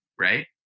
right